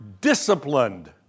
disciplined